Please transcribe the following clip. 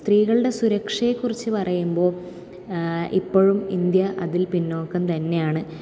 സ്ത്രീകളുടെ സുരക്ഷയെക്കുറിച്ച് പറയുമ്പോൾ ഇപ്പോഴും ഇന്ത്യ അതിൽ പിന്നോക്കം തന്നെയാണ്